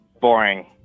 boring